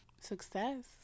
success